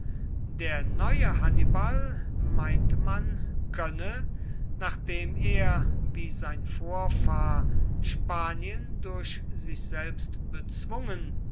der neue hannibal meinte man könne nachdem er wie sein vorfahr spanien durch sich selbst bezwungen